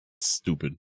Stupid